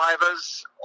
drivers